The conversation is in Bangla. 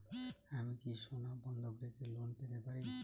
আমি কি সোনা বন্ধক রেখে লোন পেতে পারি?